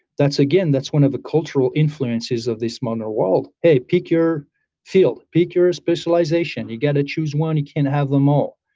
that's again, that's one of the cultural influences of this mono world. pick your field. pick your specialization. you got to choose one, you can't have them all.